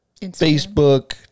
Facebook